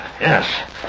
Yes